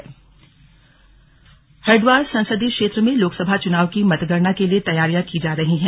मतगणना बैठक हरिद्वार हरिद्वार संसदीय क्षेत्र में लोकसभा चुनाव की मतगणना के लिए तैयारियां की जा रही है